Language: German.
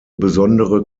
besondere